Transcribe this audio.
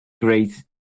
great